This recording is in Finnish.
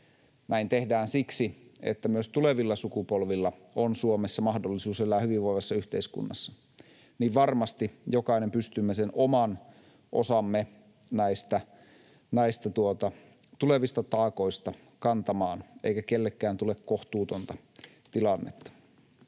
näin tehdään siksi, että myös tulevilla sukupolvilla on Suomessa mahdollisuus elää hyvinvoivassa yhteiskunnassa — niin varmasti jokainen pystymme sen oman osamme näistä tulevista taakoista kantamaan, eikä kellekään tule kohtuutonta tilannetta.